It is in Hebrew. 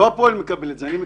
לא הפועל מקבל את זה אלא הקבלן.